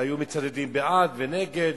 והיו מצדדים, בעד ונגד,